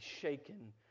shaken